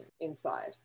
inside